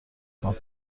نکن